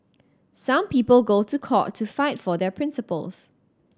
some people go to court to fight for their principles